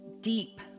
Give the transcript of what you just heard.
deep